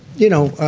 you know,